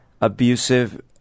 abusive